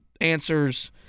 answers